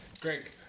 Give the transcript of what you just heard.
greg